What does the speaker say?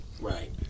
Right